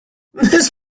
this